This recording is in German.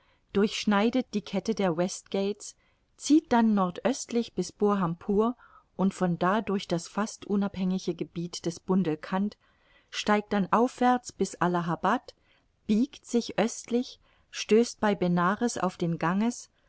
durchschneidet die kette der west gates zieht dann nordöstlich bis burhampur und von da durch das fast unabhängige gebiet des bundelkund steigt dann aufwärts bis allahabad biegt sich östlich stößt bei benares auf den ganges